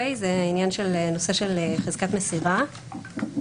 הנושא של חזקת מסירה,